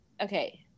Okay